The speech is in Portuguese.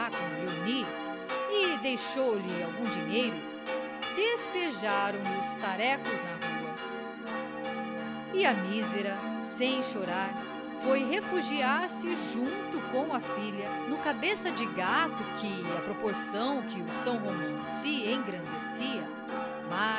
léonie e deixou-lhe algum dinheiro despejaram lhe os tarecos na rua e a mísera sem chorar foi refugiar-se junto com a filha no cabeça de gato que à proporção que o são romão se engrandecia